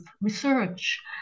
research